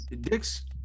dicks